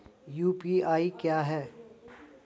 UPI क्या है?